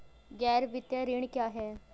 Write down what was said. गैर वित्तीय ऋण क्या है?